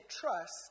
trust